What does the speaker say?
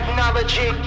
Technology